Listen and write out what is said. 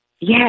Yes